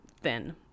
thin